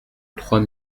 trois